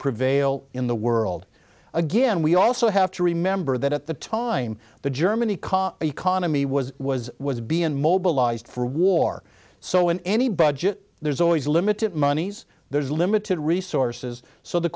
prevail in the world again we also have to remember that at the time the germany car economy was was was being mobilized for war so in any budget there's always limited monies there's limited resources so the